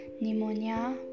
pneumonia